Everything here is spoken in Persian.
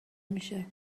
میشه